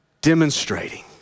Demonstrating